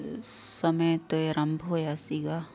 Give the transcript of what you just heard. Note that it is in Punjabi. ਸਮੇਂ 'ਤੇ ਆਰੰਭ ਹੋਇਆ ਸੀਗਾ